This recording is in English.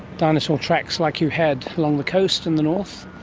dinosaur tracks like you had along the coast in the north.